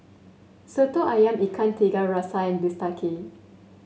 soto ayam Ikan Tiga Rasa and bistake